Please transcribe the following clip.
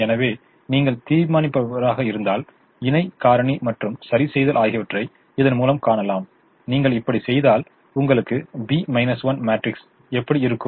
எனவே நீங்கள் தீர்மானிப்பவராக இருந்தால் இணை காரணி மற்றும் சரிசெய்தல் ஆகியவற்றைக் இதன் மூலம் காணலாம் நீங்கள் இப்படி செய்தால் உங்களுக்கு B 1 மேட்ரிக்ஸ் எப்படி இருக்கும்